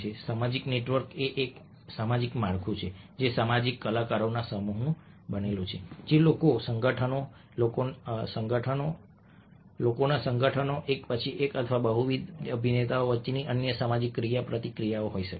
સામાજિક નેટવર્ક એ એક સામાજિક માળખું છે જે સામાજિક કલાકારોના સમૂહનું બનેલું છે જેમ કે લોકો સંગઠનો લોકોના સંગઠનો એક પછી એક અથવા બહુવિધ અભિનેતાઓ વચ્ચેની અન્ય સામાજિક ક્રિયાપ્રતિક્રિયાઓ હોઈ શકે છે